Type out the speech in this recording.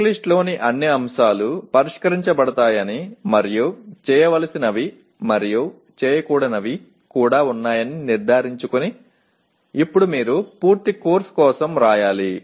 చెక్లిస్ట్లోని అన్ని అంశాలు పరిష్కరించబడతాయని మరియు చేయవలసినవి మరియు చేయకూడనివి కూడా ఉన్నాయని నిర్ధారించుకొని ఇప్పుడు మీరు పూర్తి కోర్సు కోసం వ్రాయాలి